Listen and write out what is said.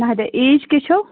ناہِدہ ایٚج کیٛاہ چھَو